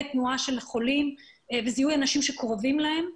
תנועה של חולים וזיהוי אנשים שקרובים להם...